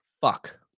Fuck